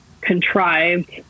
contrived